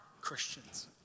Christians